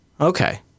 okay